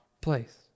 place